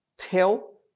tell